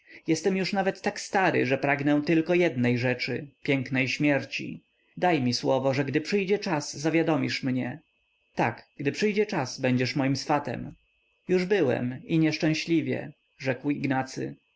jestem już nawet tak stary że pragnę tylko jednej rzeczy pięknej śmierci daj mi słowo że gdy przyjdzie czas zawiadomisz mnie tak gdy przyjdzie czas będziesz moim swatem już byłem i nieszczęśliwie rzekł ignacy